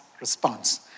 response